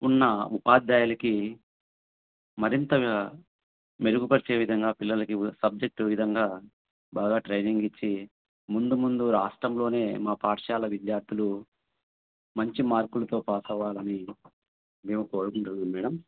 ఉన్న ఉపాధ్యాయులకి మరింతగా మెరుగుపరిచే విధంగా పిల్లలకి సబ్జెక్టు విధంగా బాగా ట్రైనింగ్ ఇచ్చి ముందు ముందు రాష్ట్రంలో మా పాఠశాల విద్యార్థులు మంచి మార్కులతో పాస్ అవ్వాలని మేము కోరుకుంటున్నాం మేడం